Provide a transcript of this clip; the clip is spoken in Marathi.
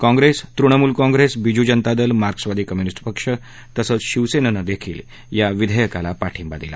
काँप्रेस तृणमूल काँप्रेस बिजू जनता दल मार्क्सवादी कम्युनिस्ट पक्ष तसंच शिवसेनेनंही या विधेयकाला पाठिंबा दिला